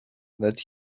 that